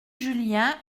julien